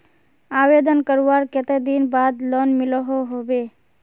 आवेदन करवार कते दिन बाद लोन मिलोहो होबे?